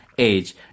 age